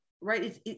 right